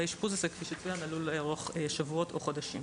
והאשפוז הזה כפי שצוין עלול לארוך שבועות או חודשים.